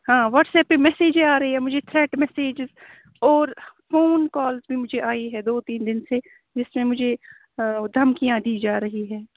ہاں WhatsApp پہ میسیجیں آ رہے ہیں مجھے تھریٹ میسیجز اور فون کالز بھی مجھے آئی ہے دو تین دن سے جس میں مجھے دھمکیاں دی جا رہی ہے